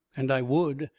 and i would,